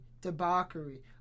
debauchery